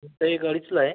एक अडीचला आहे